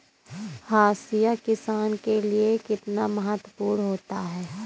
हाशिया किसान के लिए कितना महत्वपूर्ण होता है?